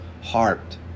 heart